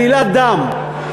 עלילת דם.